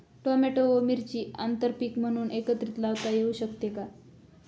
Tomato व मिरची आंतरपीक म्हणून एकत्रित लावता येऊ शकते का?